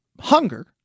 hunger